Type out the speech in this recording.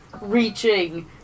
reaching